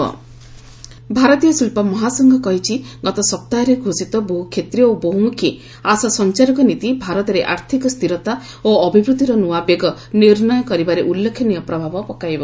CII economic ଭାରତୀୟ ଶିଳ୍ପ ମହାସଂଘ ସିଆଇଆଇ କହିଛି ଗତ ସପ୍ତାହରେ ଘୋଷିତ ବହୁ କ୍ଷେତ୍ରୀୟ ଓ ବହୁମୁଖୀ ଆଶ ସଞ୍ଚାରକ ନୀତି ଭାରତରେ ଆର୍ଥକ ସ୍ଥିରତା ଓ ଅଭିବୃଦ୍ଧିର ନୂଆ ବେଗ ନିର୍ଷୟ କରିବାରେ ଉଲ୍ଲେଖନୀୟ ପ୍ରଭାବ ପକାଇବ